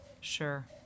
Sure